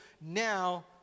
now